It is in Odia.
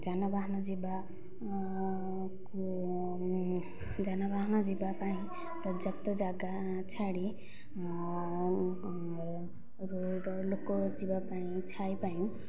ଯାନବାହାନ ଯିବା ଯାନବାହାନ ଯିବାପାଇଁ ପର୍ଯ୍ୟାପ୍ତ ଜାଗା ଛାଡ଼ି ରୋଡ଼ ଲୋକ ଯିବା ପାଇଁ ଛାଇ ପାଇଁ